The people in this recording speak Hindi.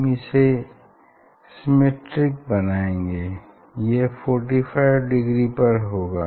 हम इसे सिमेट्रिक बनाएँगे यह 45 डिग्री पर होगा